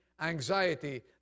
Anxiety